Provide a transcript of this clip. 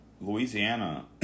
Louisiana